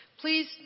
Please